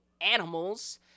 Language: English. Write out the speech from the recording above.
animals